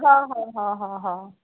हो हो हो हो हो